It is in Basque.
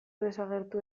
desagertu